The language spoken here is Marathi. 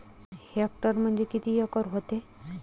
हेक्टर म्हणजे किती एकर व्हते?